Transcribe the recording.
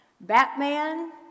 Batman